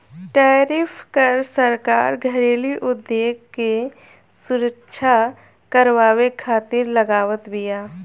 tariff कर सरकार घरेलू उद्योग के सुरक्षा करवावे खातिर लगावत बिया